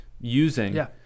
using